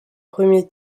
premier